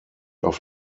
auf